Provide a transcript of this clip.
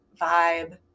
vibe